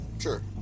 Sure